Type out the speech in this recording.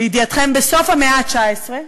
לידיעתכם, בסוף המאה ה-19.